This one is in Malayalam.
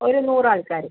ഒരു നൂറാൾക്കാർ